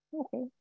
Okay